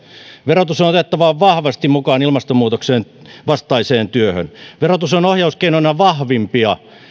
verotus on otettava vahvasti mukaan ilmastonmuutoksen vastaiseen työhön verotus on ohjauskeinona vahvimpia